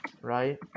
right